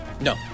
No